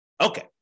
Okay